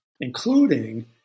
including